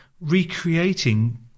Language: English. recreating